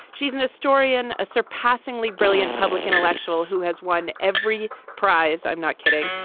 she's an historian, a surpassingly brilliant public intellectual who has won every prize. i'm not kidding.